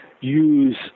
use